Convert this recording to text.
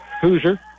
Hoosier